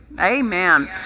Amen